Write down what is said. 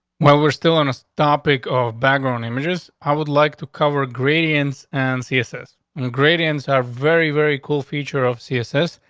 well, we're still in a stop iq of background images. i would like to cover grady ins and ceases and ingredients are very, very cool feature of css,